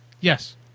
Yes